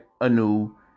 anew